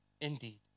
indeed